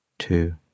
two